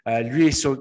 lui